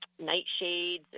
nightshades